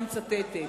אני מצטטת: